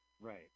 Right